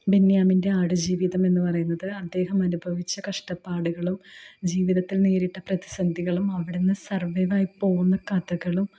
ബെന്യാമിൻ്റെ ആട് ജീവിതം എന്ന് പറയുന്നത് അദ്ദേഹം അനുഭവിച്ച കഷ്ടപ്പാടുകളും ജീവിതത്തിൽ നേരിട്ട പ്രതിസന്ധികളും അവിടെനിന്ന് സർവൈവ് ആയി പോകുന്ന കഥകളും